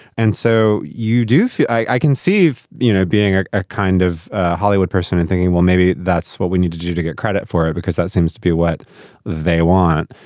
and so you do feel i conceive, you know, being a ah kind of hollywood person and thinking, well, maybe that's what we need to do to get credit for it, because that seems to be what they want.